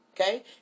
okay